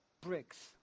bricks